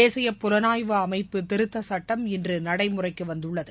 தேசிய புலனாய்வு அமைப்பு திருத்த சட்டம் இன்று நடைமுறைக்கு வந்துள்ளது